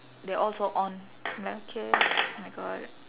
they all so on like okay oh my god